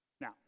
Now